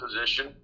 position